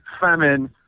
famine